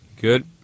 Good